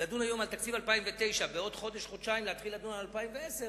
לדון היום על תקציב 2009 ובעוד חודש-חודשיים להתחיל לדון על 2010,